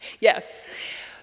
Yes